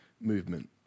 movement